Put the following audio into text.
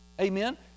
amen